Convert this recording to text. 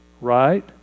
right